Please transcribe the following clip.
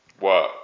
work